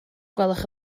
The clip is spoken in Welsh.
gwelwch